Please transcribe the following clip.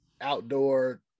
outdoor